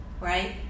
right